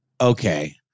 Okay